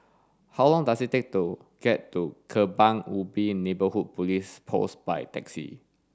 how long does it take to get to Kebun Ubi Neighbourhood Police Post by taxi